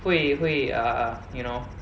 会会 uh you know